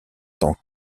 temps